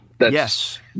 Yes